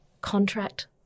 Contract